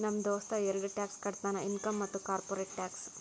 ನಮ್ ದೋಸ್ತ ಎರಡ ಟ್ಯಾಕ್ಸ್ ಕಟ್ತಾನ್ ಇನ್ಕಮ್ ಮತ್ತ ಕಾರ್ಪೊರೇಟ್ ಟ್ಯಾಕ್ಸ್